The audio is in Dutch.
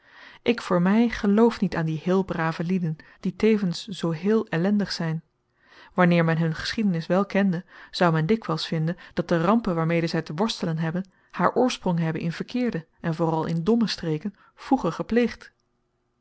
ik voor mij geloof niet aan die heel brave lieden die tevens zoo heel ellendig zijn wanneer men hun geschiedenis wel kende zoû men dikwijls vinden dat de rampen waarmede zij te worstelen hebben haar oorsprong hebben in verkeerde en vooral in domme streken vroeger